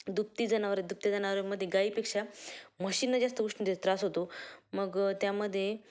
दुभती जनावरे दुभत्या जनावरामध्ये गाईपेक्षा म्हशींना जास्त गोष्टींचा त्रास होतो मग त्यामध्ये